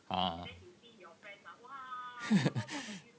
uh uh uh